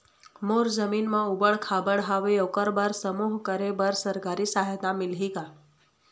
मोर जमीन म ऊबड़ खाबड़ हावे ओकर बर समूह करे बर सरकारी सहायता मिलही का?